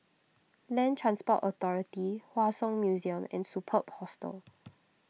Land Transport Authority Hua Song Museum and Superb Hostel